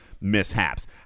mishaps